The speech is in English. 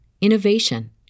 innovation